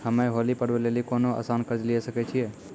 हम्मय होली पर्व लेली कोनो आसान कर्ज लिये सकय छियै?